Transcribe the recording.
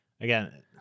again